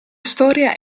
storia